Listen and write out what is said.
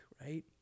right